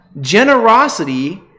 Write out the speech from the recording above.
generosity